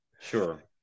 Sure